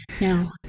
No